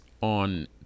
on